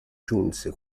giunse